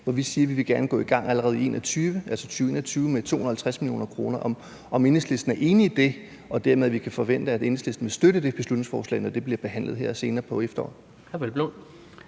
hvor vi siger, at vi gerne vil gå i gang allerede i 2021 med 250 mio. kr. Og derfor vil jeg gerne høre, om Enhedslisten er enig i det, og om vi dermed kan forvente, at Enhedslisten vil støtte det beslutningsforslag, når det bliver behandlet her senere på efteråret.